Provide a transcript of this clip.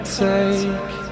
take